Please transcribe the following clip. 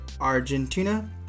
Argentina